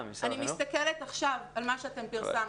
אני מסתכלת עכשיו על מה שאתם פרסמתם.